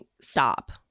stop